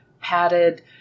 padded